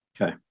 Okay